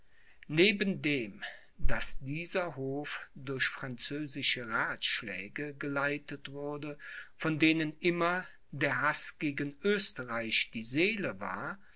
neben dem daß dieser hof durch französische ratschläge geleitet wurde von denen immer der haß gegen oesterreich die seele war